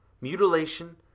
mutilation